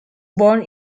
born